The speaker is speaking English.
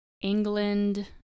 England